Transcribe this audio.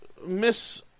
Miss